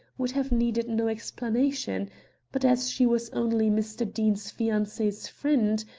would have needed no explanation but as she was only mr. deane's fiancee's friend,